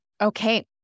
Okay